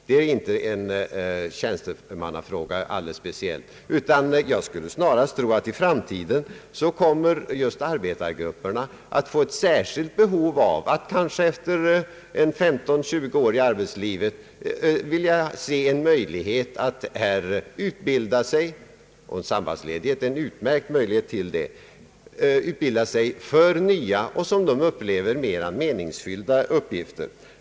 Det gäller inte här alldeles speciellt en tjänstemannafråga, utan jag skulle snarast tro att just arbetargrupperna i framtiden kommer att få ett särskilt behov av att efter kanske 15 å 20 år i arbetslivet erhålla möjlighet att utbilda sig — och sabbatsledigheten ger ju en utmärkt möjlighet därtill — för nya och, som de upplever det, mera meningsfyllda uppgifter.